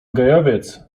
gajowiec